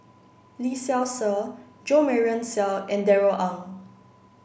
Lee Seow Ser Jo Marion Seow and Darrell Ang